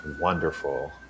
wonderful